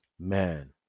Man